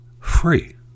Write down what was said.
free